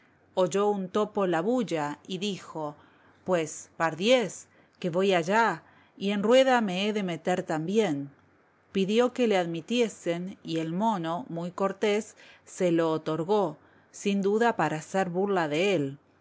oyó un topo la bulla y dijo pues pardiez que voy allá y en rueda me he de meter también pidió que le admitiesen y el mono muy cortés se lo otorgó